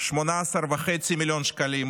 18.5 מיליון שקלים.